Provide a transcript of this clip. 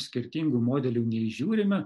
skirtingų modelių neįžiūrime